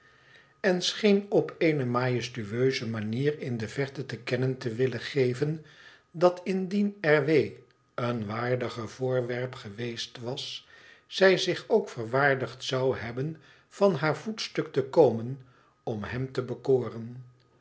en scheen op eene majestueuze manier in de verte te kennen te willen geven dat indien r w een waardiger voorwerp geweest was zij zich ook verwaardigd zou hebben van haar voetstuk te komen om hem te bekoren